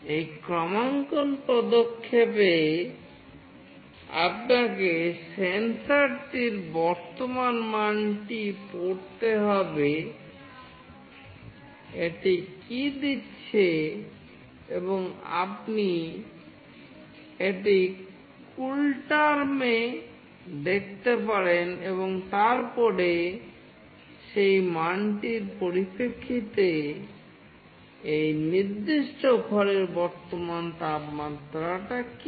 এই ক্রমাঙ্কন পদক্ষেপে আপনাকে সেন্সরটির বর্তমান মানটি পড়তে হবে এটি কী দিচ্ছে এবং আপনি এটি কুলটার্ম এ দেখতে পারেন এবং তারপরে সেই মানটির পরিপ্রেক্ষিতে এই নির্দিষ্ট ঘরের বর্তমান তাপমাত্রাটি কী